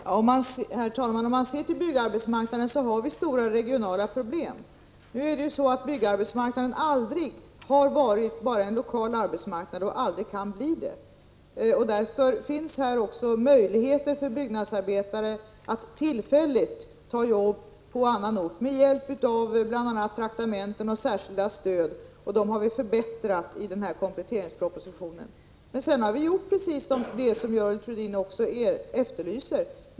Herr talman! Om man ser till byggarbetsmarknaden kan man konstatera att det finns stora regionala problem. Nu har byggarbetsmarknaden aldrig varit bara en lokal arbetsmarknad och kan aldrig bli det, och därför finns det möjligheter för byggnadsarbetare att tillfälligt ta jobb på annan ort, bl.a. med hjälp av traktamenten och särskilda stöd, som har förbättrats i kompletteringspropositionen. Sedan har vi gjort precis det som Görel Thurdin efterlyser.